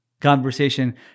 conversation